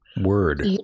Word